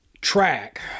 track